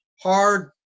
hard